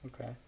Okay